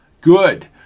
Good